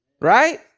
right